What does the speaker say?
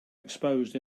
exposed